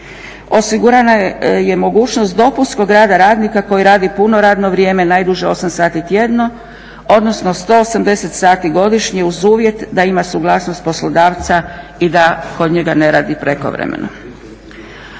osigurana je mogućnost dopunskog rada radnika koji radi puno radno vrijeme, najduže 8 sati tjedno odnosno 180 sati godišnje, uz uvjet da ima suglasnost poslodavca i da kod njega ne radi prekovremeno.